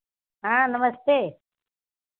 हाँ नमस्ते